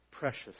Precious